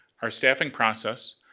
our staffing process.